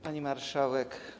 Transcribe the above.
Pani Marszałek!